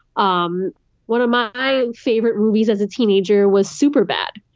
um one of my favorite movies as a teenager was superbad.